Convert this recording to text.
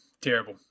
terrible